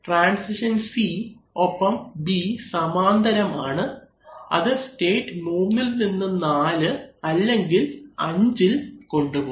transition C ഒപ്പം B സമാന്തരം ആണ് അത് സ്റ്റേറ്റ് 3ഇൽ നിന്ന് 4 അല്ലെങ്കിൽ 5 ഇൽ കൊണ്ടുപോകും